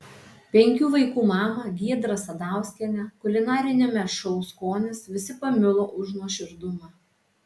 penkių vaikų mamą giedrą sadauskienę kulinariniame šou skonis visi pamilo už nuoširdumą